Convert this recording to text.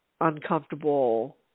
uncomfortable